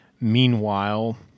Meanwhile